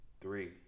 Three